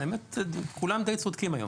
שכולם די צודקים היום,